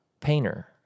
painter